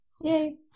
Yay